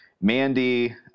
mandy